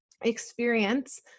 experience